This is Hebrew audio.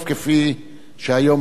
יכול להיות שנס לחי.